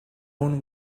own